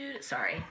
Sorry